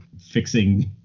fixing